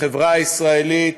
לחברה הישראלית,